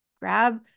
Grab